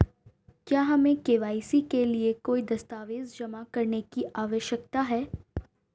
क्या हमें के.वाई.सी के लिए कोई दस्तावेज़ जमा करने की आवश्यकता है?